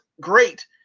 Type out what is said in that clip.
great